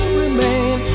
remain